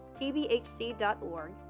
tbhc.org